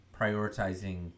prioritizing